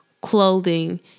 clothing